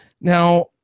Now